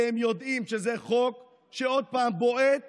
כי הם יודעים שזה חוק שעוד פעם בועט